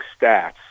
stats